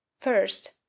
First